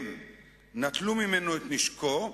הם נטלו ממנו את נשקו.